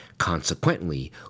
Consequently